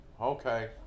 okay